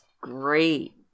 great